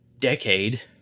decade